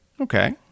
Okay